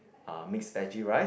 uh mixed veggie rice